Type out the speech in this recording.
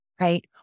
right